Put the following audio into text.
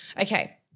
okay